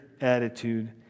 attitude